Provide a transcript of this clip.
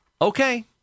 Okay